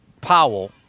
Powell